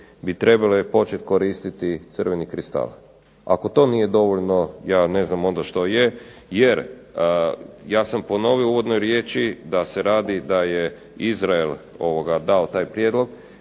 bi trebale počet koristiti crveni kristal. Ako to nije dovoljno, ja ne znam onda što je. Jer, ja sam ponovio u uvodnoj riječi da se radi da je Izrael dao taj prijedlog,